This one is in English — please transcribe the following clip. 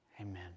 Amen